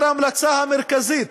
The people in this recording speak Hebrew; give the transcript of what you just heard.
ההמלצה המרכזית